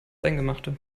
eingemachte